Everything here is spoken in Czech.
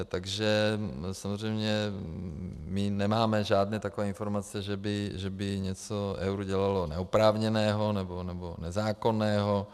Takže samozřejmě my nemáme žádné takové informace, že by něco ERÚ dělalo neoprávněného nebo nezákonného.